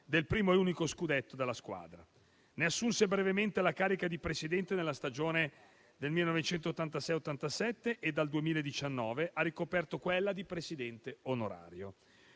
del primo e unico scudetto della squadra. Ne assunse brevemente la carica di presidente nella stagione 1986-1987 e dal 2019 ha ricoperto quella di presidente onorario.